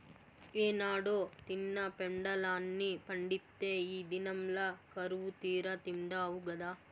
ఏనాడో తిన్న పెండలాన్ని పండిత్తే ఈ దినంల కరువుతీరా తిండావు గదా